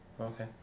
Okay